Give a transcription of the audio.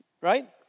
Right